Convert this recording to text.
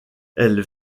elles